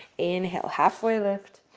inhale. halfway lift.